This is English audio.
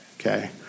okay